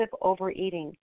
overeating